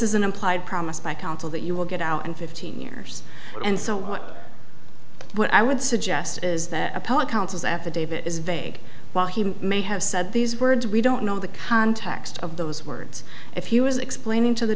is an implied promise by counsel that you will get out in fifteen years and so what what i would suggest is that a poet counts as affidavit is vague while he may have said these words we don't know the context of those words if he was explaining to the